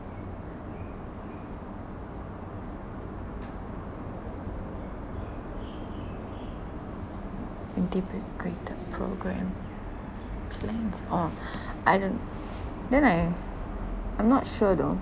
integrated program plans oh I don't then I I'm not sure though